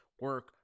Work